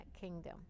kingdom